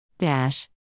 dash